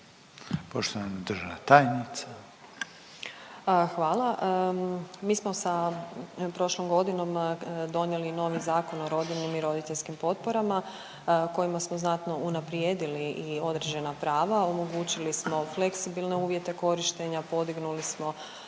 **Josić, Željka (HDZ)** Hvala. Mi smo sa prošlom godinom donijeli novi Zakon o rodiljnim i roditeljskim potporama kojima smo znatno unaprijedili i određena prava. Omogućili smo fleksibilne uvjete korištenja, podignuli smo